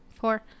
four